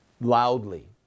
loudly